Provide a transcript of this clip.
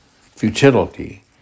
Futility